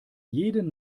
jeden